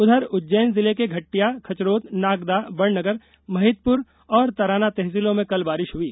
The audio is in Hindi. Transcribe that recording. उधर उज्जैन जिले के घटिटया खाचरोद नागदा बड़नगर महिदपुर और तराना तहसीलों में कल बारिश हुई